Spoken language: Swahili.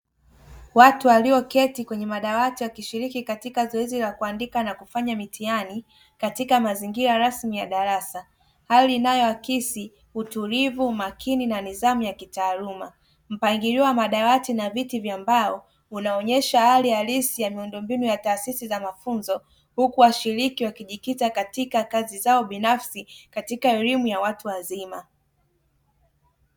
Watu walioketi kwenye madawati wakishrikii kaka zoezi la kuandika na kufanya mitihani katika mazingira rasmi ya darasa; hali inayoakisi utulivu, umakini na nidhamu ya kitaaluma. Mpangilio wa madawati na viti vya mbao, unaonyesha hali halisi ya miundombinu ya taasisi za mafunzo huku washiriki wakijikita katika kazi zao binafsi katika elimu ya watu wazima.